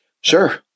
Sure